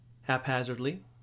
haphazardly